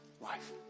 life